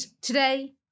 Today